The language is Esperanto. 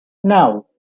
naŭ